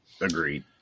Agreed